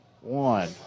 one